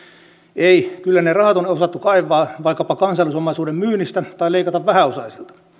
ei kyllä ne rahat on on osattu kaivaa vaikkapa kansallisomaisuuden myynnistä tai leikata vähäosaisilta